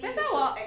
that's why 我